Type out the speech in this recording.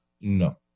No